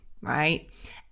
right